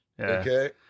Okay